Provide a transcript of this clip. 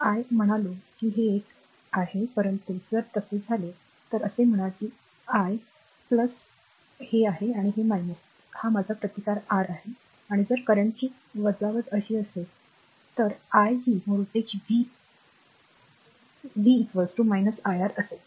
I म्हणालो की हे एक आहे परंतु जर तसे झाले तर असे म्हणा की I बनवितो हे आहे हा माझा प्रतिकार R आहे आणि जर करंटची वजावट अशी असेल तर i ही व्होल्टेज व्ही आहे तर v iR असेल